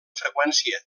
freqüència